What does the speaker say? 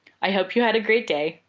i hope you had a great day.